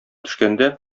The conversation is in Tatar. төшкәндә